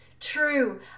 true